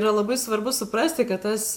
yra labai svarbu suprasti kad tas